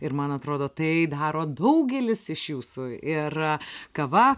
ir man atrodo tai daro daugelis iš jūsų ir kava